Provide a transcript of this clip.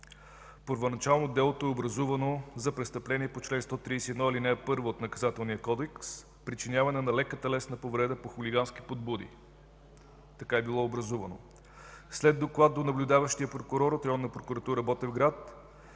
Първоначално делото е образувано за престъпление по чл. 131, ал. 1 от Наказателния кодекс – причиняване на лека телесна повреда по хулигански подбуди. Така е било образувано. След доклад до наблюдаващия прокурор от Районна прокуратура – Ботевград,